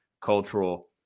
cultural